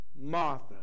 Martha